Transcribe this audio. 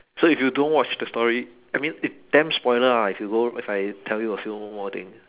so if you don't watch the story I mean it damn spoiler ah if you go if I tell you a few more thing